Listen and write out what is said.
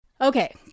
Okay